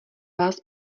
vás